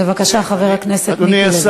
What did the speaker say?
בבקשה, חבר הכנסת מיקי לוי.